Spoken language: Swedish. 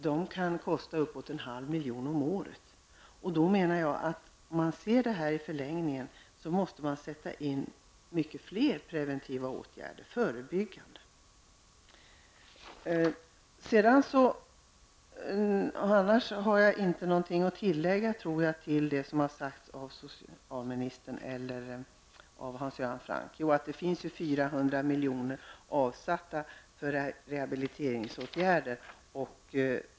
De kan kosta uppemot en halv miljon om året. I förlängningen innebär detta att man måste sätta in många fler preventiva åtgärder och arbeta förebyggande. Jag har härutöver ingenting att tillägga till det socialministern och Hans Göran Franck har sagt, förutom att 400 milj.kr. är avsatta för rehabiliteringsåtgärder.